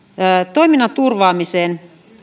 toiminnan turvaamiseen